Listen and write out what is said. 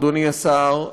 אדוני השר,